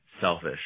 selfish